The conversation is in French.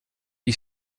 qui